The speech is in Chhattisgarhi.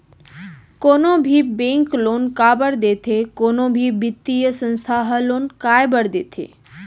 कोनो भी बेंक लोन काबर देथे कोनो भी बित्तीय संस्था ह लोन काय बर देथे?